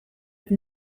have